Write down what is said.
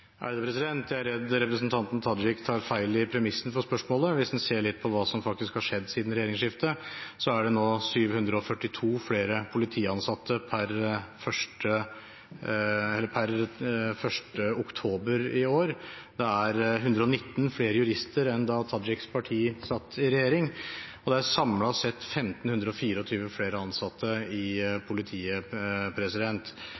Jeg er redd representanten Tajik tar feil i premissene for spørsmålet. Hvis en ser litt på hva som faktisk har skjedd siden regjeringsskiftet, er det 742 flere politiansatte per 1. oktober i år, det er 119 flere jurister enn da Tajiks parti satt i regjering, og det er samlet sett 1 524 flere ansatte i